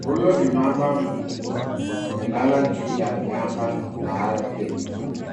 Huyu ni mamba mkubwa amelala juu ya miamba na ardhi yenye vumbi,